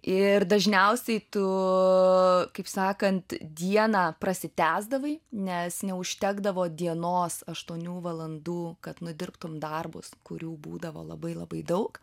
ir dažniausiai tu kaip sakant dieną prasitęsdavai nes neužtekdavo dienos aštuonių valandų kad nudirbtum darbus kurių būdavo labai labai daug